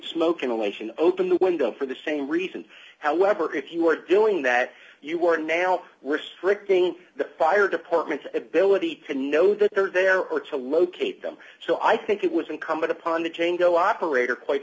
smoke inhalation open the window for the same reason however if you were doing that you were now we're strict being the fire department ability to know that they're there or to locate them so i think it was incumbent upon the chain go operator quite